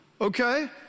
okay